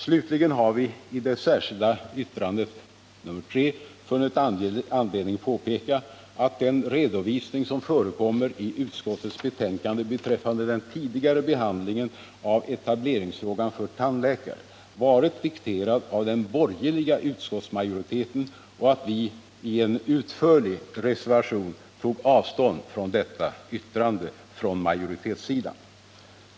Slutligen har vi i det särskilda yttrandet nr 3 funnit anledning att påpeka att den redovisning som förekommer i utskottets betänkande beträffande den tidigare behandlingen av etableringsfrågan för tandläkare var dikterad av den borgerliga utskottsmajoriteten och att vi i en utförlig reservation tog avstånd från detta yttrande från majoritetssidan.